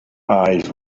eyes